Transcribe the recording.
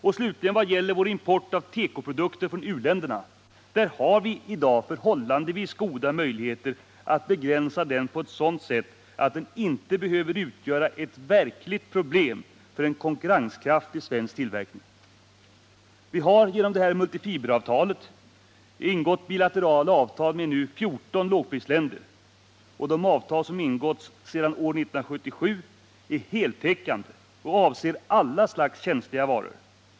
Vad slutligen gäller vår import av tekoprodukter från u-länderna, så har vi i dag förhållandevis goda möjligheter att begränsa denna på ett sådant sätt att den inte behöver utgöra ett verkligt problem för en konkurrenskraftig svensk tillverkning. Vi har genom multifiberavtalet ingått bilaterala avtal med 14 lågprisländer. De avtal som ingåtts sedan år 1977 är ”heltäckande” och avser alla slags känsliga varor.